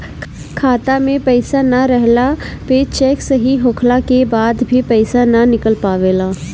खाता में पईसा ना रहला पे चेक सही होखला के बाद भी पईसा ना निकल पावेला